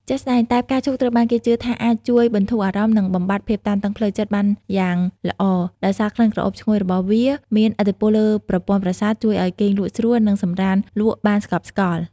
ជាក់ស្ដែង តែផ្កាឈូកត្រូវបានគេជឿថាអាចជួយបន្ធូរអារម្មណ៍និងបំបាត់ភាពតានតឹងផ្លូវចិត្តបានយ៉ាងល្អ ដោយសារក្លិនក្រអូបឈ្ងុយរបស់វាមានឥទ្ធិពលលើប្រព័ន្ធប្រសាទ ជួយឱ្យគេងលក់ស្រួលនិងសម្រាន្តលក់បានស្កប់ស្កល់។